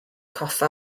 coffa